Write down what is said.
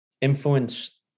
influence